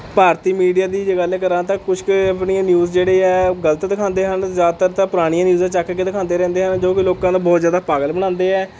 ਭਾਰਤੀ media ਦੀ ਜੇ ਗੱਲ ਕਰਾਂ ਤਾਂ ਕੁਛ ਕੁ ਆਪਣੀਆਂ ਨਿਊਜ਼ ਜਿਹੜੇ ਹੈ ਉਹ ਗਲਤ ਦਿਖਾਉਂਦੇ ਹਨ ਜ਼ਿਆਦਾਤਰ ਤਾਂ ਪੁਰਾਣੀਆਂ ਨਿਊਜ਼ਾਂ ਚੱਕ ਕੇ ਦਿਖਾਉਂਦੇ ਰਹਿੰਦੇ ਹਨ ਜੋ ਕਿ ਲੋਕਾਂ ਦਾ ਬਹੁਤ ਜ਼ਿਆਦਾ ਪਾਗਲ ਬਣਾਉਂਦੇ ਹੈ